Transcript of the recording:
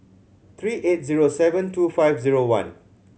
three eight zero seven two five zero one